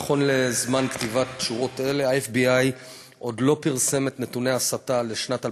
נכון לזמן כתיבת שורות אלה ה-FBI עוד לא פרסם את נתוני ההסתה לשנת 2016,